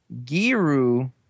Giru